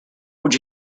would